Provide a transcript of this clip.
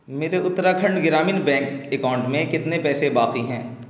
میرے Uttarakhand Gramin bank account میں کتنے پیسے باقی ہیں